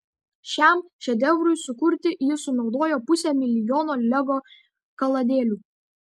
šiam šedevrui sukurti jis sunaudojo pusę milijono lego kaladėlių